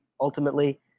ultimately